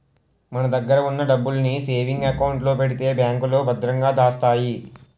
మన దగ్గర ఉన్న డబ్బుల్ని సేవింగ్ అకౌంట్ లో పెడితే బ్యాంకులో భద్రంగా దాస్తాయి